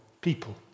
people